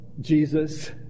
Jesus